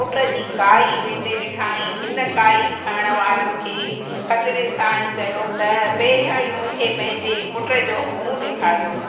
पुट जी काई वेंदे ॾिठईं हिन काई खणणु वारनि खे ख़तरे सां ई चयो त पहिरियां ई मूंखे पंहिंजे पुट जो मुंहं ॾेखारियो